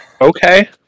Okay